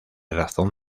razón